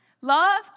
love